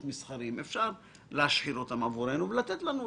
מסחריים שאפשר להשחיר אותם עבורנו ולתת לנו,